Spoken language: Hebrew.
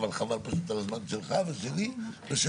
אבל חבל פשוט על הזמן שלך ושלי ושלהם.